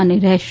અને રહેશે